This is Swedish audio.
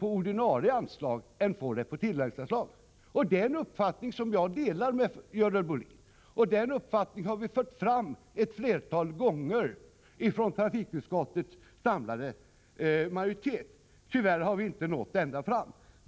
ordinarie anslag än på tilläggsanslag. Det är en uppfattning som jag delar med henne. Den uppfattningen har också trafikutskottets samlade majoritet framfört ett flertal gånger. Tyvärr har vi inte nått ända fram.